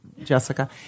Jessica